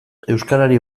euskarari